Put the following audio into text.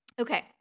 Okay